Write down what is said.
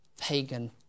pagan